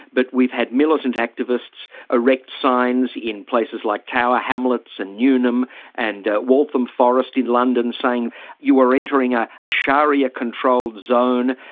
but we've had militant activists erect signs in places like tower hamlets and newham and waltham forest in london saying you are entering a ah sharia controlled zone.